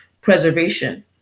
preservation